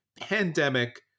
Pandemic